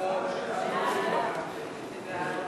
ההצעה להעביר את הצעת חוק למניעת